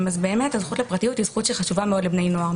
זכות הפרטיות היא חשובה מאוד לבני נוער,